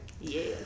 Yes